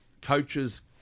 coaches